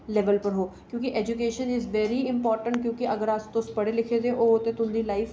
level पर हो क्योंकि एजूकेशन इज़ वैरी इम्पार्टेंट की के अगर अस तुस पढ़े लिखे दे ओ ते तुं'दी लाईफ